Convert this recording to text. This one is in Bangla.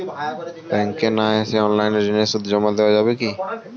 ব্যাংকে না এসে অনলাইনে ঋণের সুদ জমা দেওয়া যাবে কি?